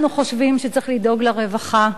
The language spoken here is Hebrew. אנחנו חושבים שצריך לדאוג לרווחה.